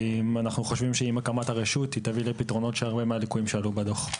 עם הקמת הרשות היא תביא לפתרונות של רבים מן הליקויים שעלו בדוח.